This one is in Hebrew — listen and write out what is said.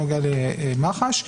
שנוגע למח"ש.